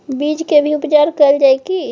बीज के भी उपचार कैल जाय की?